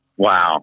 Wow